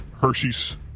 Hershey's